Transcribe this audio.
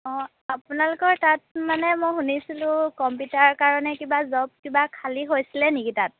অঁ আপোনালোকৰ তাত মানে মই শুনিছিলো কম্পিউটাৰৰ কাৰণে কিবা জব কিবা খালী হৈছিলে নেকি তাত